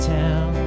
town